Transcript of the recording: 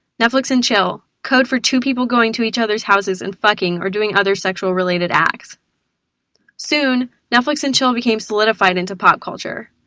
netflix and chill code for two people going to each others houses and fucking or doing other sexual related acts soon, netflix and chill became solidified into pop culture.